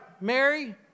Mary